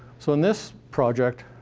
so in this project,